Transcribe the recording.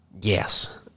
yes